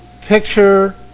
picture